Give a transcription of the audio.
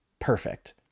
perfect